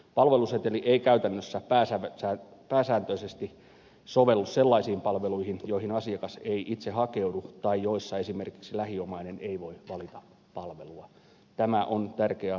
palveluseteli ei käytännössä pääsääntöisesti sovellu sellaisiin palveluihin joihin asiakas ei itse hakeudu tai joissa esimerkiksi lähiomainen ei voi valita palvelua tämä on tärkeä asia muistaa